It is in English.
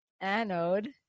anode